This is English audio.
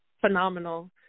phenomenal